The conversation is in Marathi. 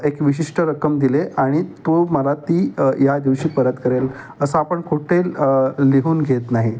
एक विशिष्ट रक्कम दिले आणि तो मला ती या दिवशी परत करेल असं आपण कुठे लिहून घेत नाही